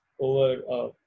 over